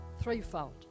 threefold